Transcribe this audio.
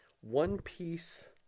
one-piece